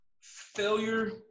Failure